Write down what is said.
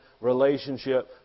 relationship